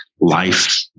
life